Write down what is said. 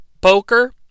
poker